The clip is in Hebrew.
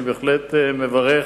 אני בהחלט מברך